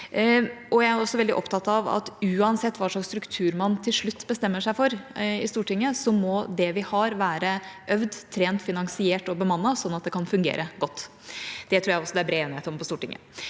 Jeg er også veldig opptatt av at uansett hva slags struktur man til slutt bestemmer seg for i Stortinget, må det vi har, være øvd, trent, finansiert og bemannet, sånn at det kan fungere godt. Det tror jeg også det er bred enighet om på Stortinget.